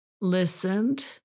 listened